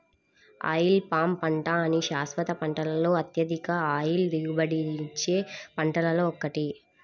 oil palm పంట అన్ని శాశ్వత పంటలలో అత్యధిక ఆయిల్ దిగుబడినిచ్చే పంటలలో ఒకటి